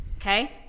okay